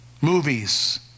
Movies